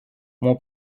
mon